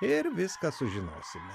ir viską sužinosime